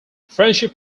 friendship